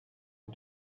vis